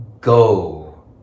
go